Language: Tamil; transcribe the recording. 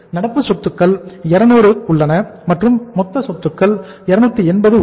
நடப்பு சொத்துக்கள் 200 உள்ளன மற்றும் மொத்த சொத்துக்கள் 280 உள்ளன